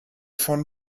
von